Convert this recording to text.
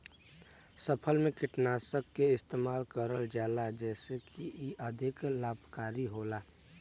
फसल में कीटनाशक के इस्तेमाल करल जाला जेसे की इ अधिक लाभकारी होला